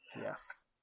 Yes